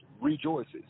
rejoices